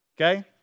Okay